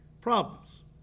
problems